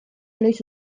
noiz